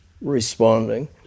responding